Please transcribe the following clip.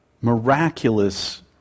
miraculous